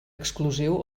exclusiu